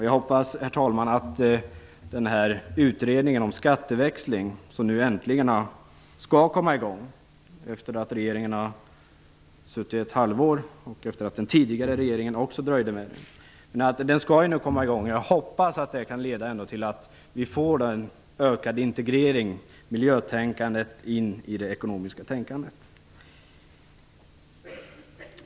Jag hoppas, herr talman, att den utredning om skatteväxling, som nu äntligen skall komma i gång efter att regeringen suttit på den ett halvår och efter att den tidigare regeringen också dröjde med den, skall leda till att vi får en ökad integrering av miljötänkandet i det ekonomiska tänkandet.